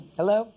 Hello